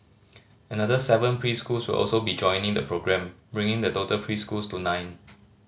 another seven preschools will also be joining the programme bringing the total preschools to nine